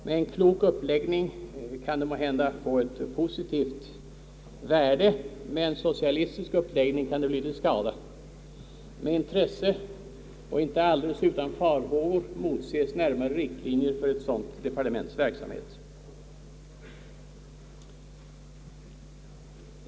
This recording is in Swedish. Med en klok uppläggning kan det måhända få ett positivt värde; med en socialis tisk uppläggning kan det bli till skada. Med intresse och inte alldeles utan farhågor motses närmare riktlinjer för ett sådant departements verksamhet.